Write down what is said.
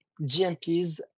GMPs